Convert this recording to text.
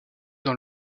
dans